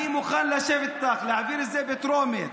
אני מוכן לשבת איתך, להעביר את זה בטרומית.